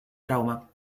trauma